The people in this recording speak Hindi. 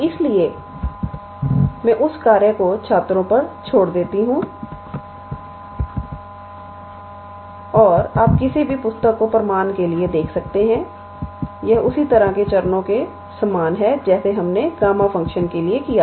इसलिए मैं उस कार्य को छात्रों तक छोड़ देती हूं और आप किसी भी पुस्तक को प्रमाण के लिए देख सकते हैं यह उसी तरह के चरणों के समान है जैसे हमने गामा फ़ंक्शन के लिए किया था